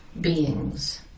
beings